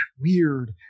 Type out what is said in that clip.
weird